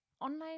online